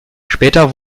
später